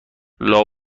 لابد